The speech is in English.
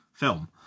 film